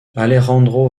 alejandro